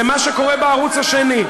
זה מה שקורה בערוץ השני.